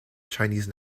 chinese